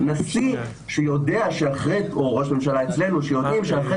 נשיא או ראש ממשלה אצלנו שיודעים שאחרי